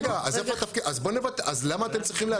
אז רגע, אז איפה התפקיד, אז למה אתם צריכים.